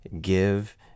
give